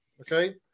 okay